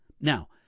Now